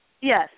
Yes